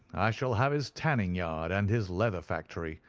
i shall have his tanning yard and his leather factory.